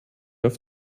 auf